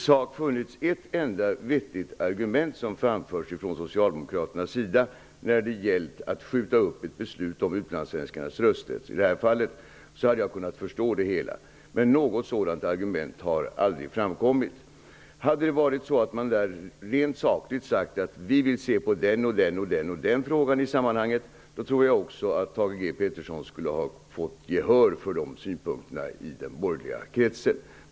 Fru talman! Om Socialdemokraterna hade framfört ett enda vettigt argument när det gäller att skjuta upp ett beslut, i det här fallet om utlandssvenskarnas rösträtt, hade jag kunnat förstå det hela. Men något sådant argument har inte framkommit. Om Socialdemokraterna rent sakligt hade sagt att de ville se på den och den frågan i sammanhanget, tror jag att Thage G Peterson skulle ha fått gehör för de synpunkterna i den borgerliga kretsen.